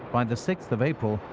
by the sixth of april,